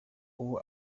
ubu